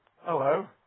Hello